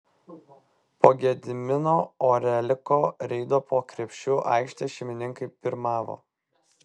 po gedimino oreliko reido po krepšiu aikštės šeimininkai pirmavo